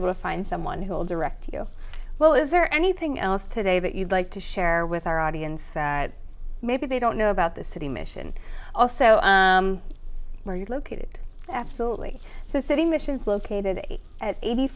able to find someone who will direct you well is there anything else today that you'd like to share with our audience that maybe they don't know about the city mission also where you're located absolutely so city missions located at eighty